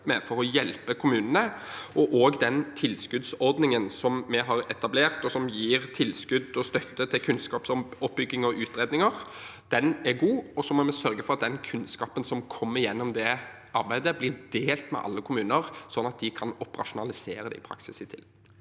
for å hjelpe kommunene. Også den tilskuddsordningen som vi har etablert, og som gir tilskudd og støtte til kunnskapsoppbygging og utredninger, er god. Vi må også sørge for at den kunnskapen som kommer gjennom det arbeidet, blir delt med alle kommuner, slik at de kan operasjonalisere det i praksis.